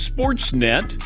Sportsnet